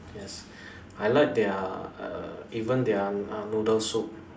yes I like their err even their uh noodle soup